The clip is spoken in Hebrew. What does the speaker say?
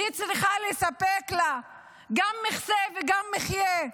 צריכה לספק לה גם מחסה וגם מחיה,